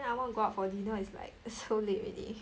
then I want to go out for dinner is like so late already